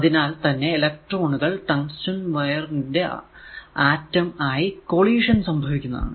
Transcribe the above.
അതിനാൽ തന്നെ ഇലെക്ട്രോണുകൾ ടങ്സ്റ്റൻ വയർ ന്റെ ആറ്റം ആയി കോളീഷൻ സംഭവിക്കുന്നതാണ്